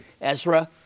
Ezra